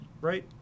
right